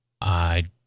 I